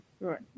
Right